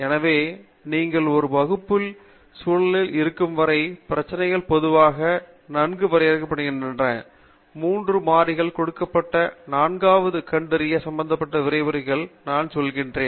எனவே நீங்கள் ஒரு வகுப்பறை சூழலில் இருக்கும் வரை பிரச்சினைகள் பொதுவாக நன்கு வரையறுக்கப்படுகின்றன 3 மாறிகள் கொடுக்கப்பட நான்காவது கண்டறிய சம்பந்தப்பட்ட விரிவுரைகளில் நான் சொல்கிறேன்